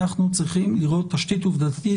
אנחנו צריכים לראות תשתית עובדתית,